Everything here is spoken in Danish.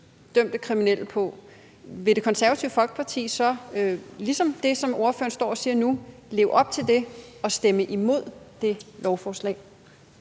dømte kriminelle. Vil Det Konservative Folkeparti så – ligesom det, som ordføreren står og siger nu – leve op til det og stemme imod det lovforslag?